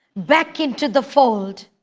back into the fold